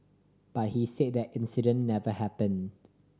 but he say that incident never happen